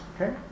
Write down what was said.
okay